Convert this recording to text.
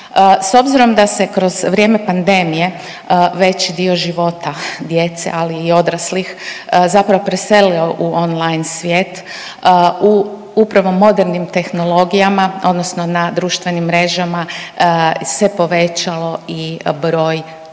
S obzirom da se kroz vrijeme pandemije veći dio života djece, ali i odraslih zapravo preselio u on-line svijet u upravo modernim tehnologijama, odnosno na društvenim mrežama se povećao i broj ovih